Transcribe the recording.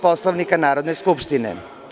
Poslovnika Narodne skupštine.